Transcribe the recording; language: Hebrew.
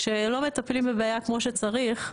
כשלא מטפלים בבעיה כמו שצריך,